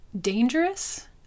dangerous